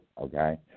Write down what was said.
Okay